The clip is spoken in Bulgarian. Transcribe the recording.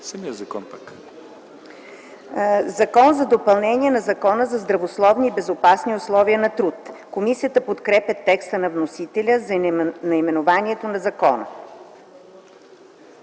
гласуване на „Закон за допълнение на Закона за здравословни и безопасни условия на труд”.” Комисията подкрепя текста на вносителя за наименованието на закона.